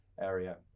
area